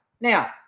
Now